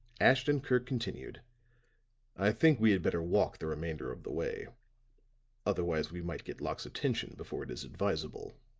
ashton-kirk continued i think we had better walk the remainder of the way otherwise we might get locke's attention before it is advisable.